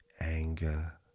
anger